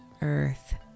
earth